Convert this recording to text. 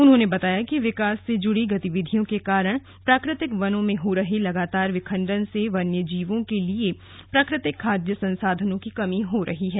उन्होंने बताया कि विकास से जुड़ी गतिविधियों के कारण प्राकृतिक वनों में हो रहे लगातार विखंडन से वन्यजीवों के लिए प्राकृतिक खाद्य संसाधनों की कमी हो रही है